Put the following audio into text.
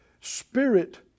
Spirit